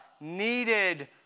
needed